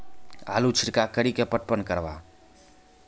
आलू छिरका कड़ी के पटवन करवा?